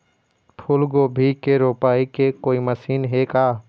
फूलगोभी के रोपाई के कोई मशीन हे का?